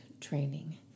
training